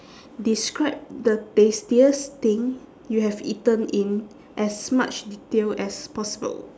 describe the tastiest thing you have eaten in as much detail as possible